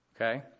okay